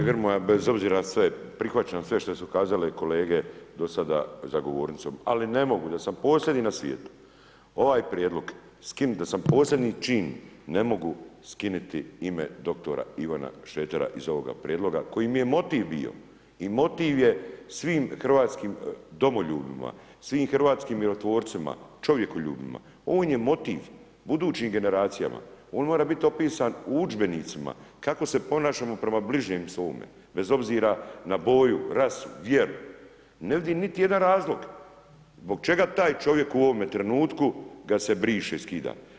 Kolega Grmoja bez obzira sve, prihvaćam sve što su kazale kolege do sada za govornicom ali ne mogu, da sam posljednji na svijetu, ovaj prijedlog skinuti, da sam posljednji čin, ne mogu skinuti ime dr. Ivana Šretera iz ovoga prijedloga koji mi je motiv bio i motiv je svim hrvatskim domoljubima, svim hrvatskim mirotvorcima, čovjekoljubima, on je motiv budućim generacijama, on mora biti opisan u udžbenicima kako se ponašamo prema bližnjem svome bez obzira na boju, rasu, vjeru, ne vidim niti jedan razlog zbog čega taj čovjek u ovome trenutku kad se briše, skida.